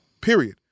period